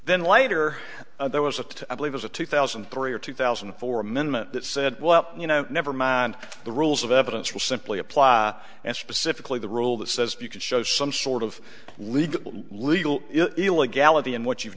then later there was a i believe was a two thousand and three or two thousand and four amendment that said well you know never mind the rules of evidence will simply apply and specifically the rule that says if you can show some sort of legal legal illegality in what you've